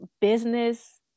business